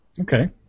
Okay